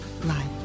life